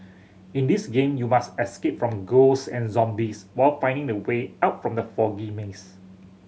in this game you must escape from ghost and zombies while finding the way out from the foggy maze